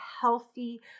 healthy